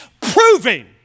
proving